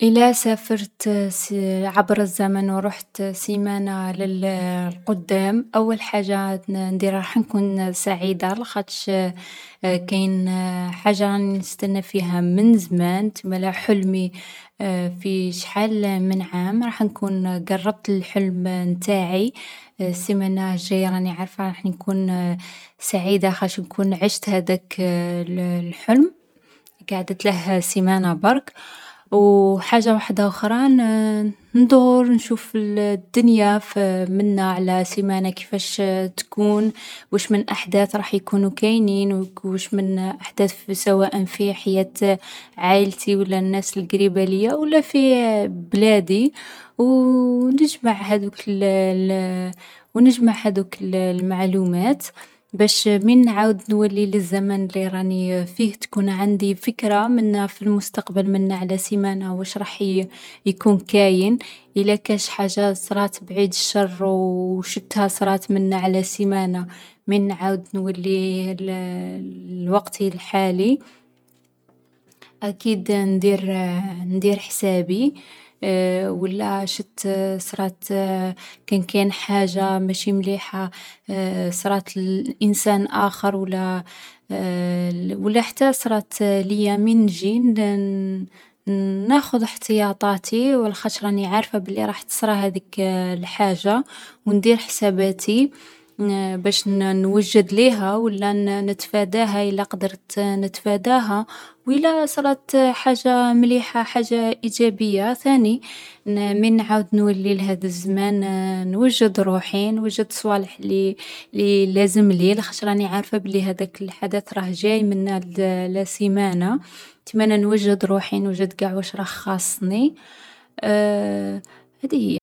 ﻿إلا سافرت س-عبر الزمن ورحت سيمانة للقدام، أول حاجة نديرها رح نكون سعيدة لخدش كاين حاجة نستنى فيها من زمان. تسما حلمي في شحال من عام رح نكون قربت للحلم نتاعي، سيمانة الجاية راني عارفا رح نكون سعيدة خدش نكون عشت هاداك الحلم. قعدت له سيمانة برك، وحاجة وحدوخرى ن-ندور نشوف الدنيا ف-منا على سيمانة كيفاش تكون. وش من أحداث رح يكونوا كاينين، وك-وش من أحداث سواء في حياة عائلتي ولا الناس القريبة ليا، ولا في بلادي، ونجمع هدوك و نجمع هدوك المعلومات، باش مين نعاود نولي للزمن لراني فيه تكون عندي فكرة منها في المستقبل منا على سيمانة وش رح ي-يكون كاين. إلا كاش حاجة صرات بعيد الشر وشتها صرات منا على سيمانة، مين نعاود نولي ل-لوقتي الحالي، أكيد ندير ندير حسابي. ولا شت صرات كان كاين حاجة مش مليحة صرات لإنسان آخر، ولا ولا حتى صرات ليا مين نجي ن-ناخذ احتيطاتي ولخطرش عارفة باللي راح تصرا هذيك الحاجة، وندير حسابتي باش نوجد ليها ولا ن-نتفاداها إلا قدرت نتفاداها. وإلا صرات حاجة مليحة حاجة إيجابية ثاني، مين نعاود نولي لهذا الزمان نوجد روحي نوجد الصوالح اللي اللي لازم لي، لخطرش راني عارف باللي هداك الحدث راه جاي منا ل-لسيمانة مالا نوجد روحي نوجد قاع وش راه خاصني، هذه هي.